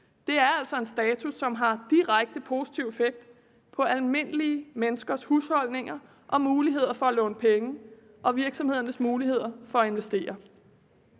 Det er altså en status, som har direkte positiv effekt på almindelige menneskers husholdninger og muligheder for at låne penge og på virksomhedernes muligheder for at investere.